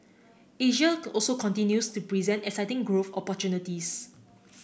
Asia also continues to present exciting growth opportunities